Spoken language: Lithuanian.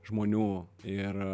žmonių ir